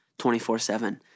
24/7